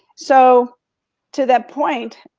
so to that point,